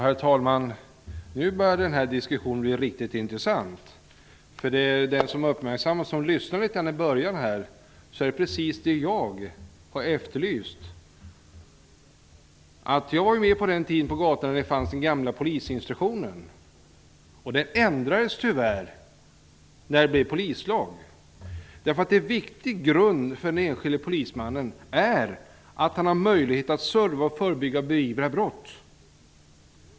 Herr talman! Nu börjar diskussionen bli riktigt intressant. Den som var uppmärksam och lyssnade på debatten i början inser att det vi talar om nu är det jag har efterlyst. Jag var med på gatan på den tiden då den gamla polisinstruktionen fanns. Den ändrades tyvärr när polislagen kom. En viktig grund för den enskilde polismannen är att han har möjlighet att förebygga och beivra brott.